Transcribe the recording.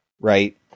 right